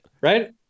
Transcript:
right